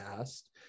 asked